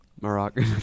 Morocco